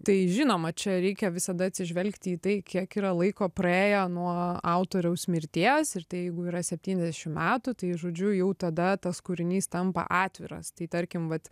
tai žinoma čia reikia visada atsižvelgti į tai kiek yra laiko praėję nuo autoriaus mirties jeigu yra septyniasdešim metų tai žodžiu jau tada tas kūrinys tampa atviras tai tarkim vat